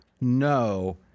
No